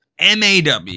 MAW